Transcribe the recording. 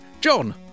john